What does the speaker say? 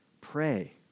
pray